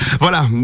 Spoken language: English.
Voilà